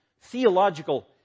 theological